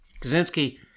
Kaczynski